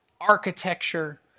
architecture